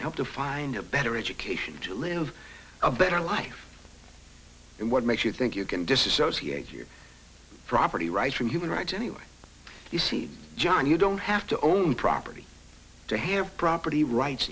come help to find a better education to live a better life and what makes you think you can disassociate your property rights from human rights any way you see john you don't have to own property to have property rights